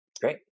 Great